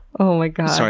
oh my god. so